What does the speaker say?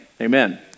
amen